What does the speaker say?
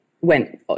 went